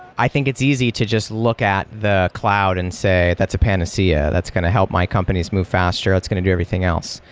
i think it's easy to just look at the cloud and say that's a panacea. that's going to help my companies move faster. that's going to do everything else.